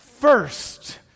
first